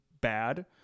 bad